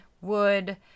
wood